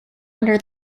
under